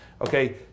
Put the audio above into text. okay